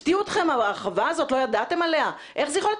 הפתיעה אתכם ההרחבה הזאת?! לא ידעתם עליה?! איך זה יכול להיות?